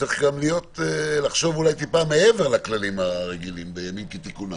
צריך גם לחשוב אולי מעבר לכללים הרגילים בימים כתיקונם.